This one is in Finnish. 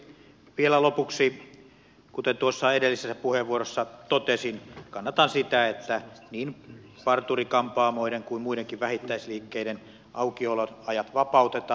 vielä lopuksi kuten tuossa edellisessä puheenvuorossa totesin kannatan sitä että niin parturi kampaamoiden kuin muidenkin vähittäisliikkeiden aukioloajat vapautetaan